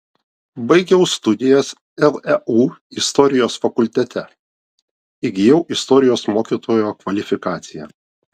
baigiau studijas leu istorijos fakultete įgijau istorijos mokytojo kvalifikaciją